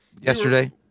Yesterday